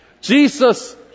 Jesus